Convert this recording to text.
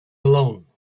alone